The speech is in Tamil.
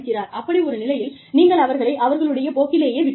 அப்படி ஒரு நிலையில் நீங்கள் அவர்களை அவர்களுடைய போக்கிலேயே விட்டு விடலாம்